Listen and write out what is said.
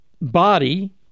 body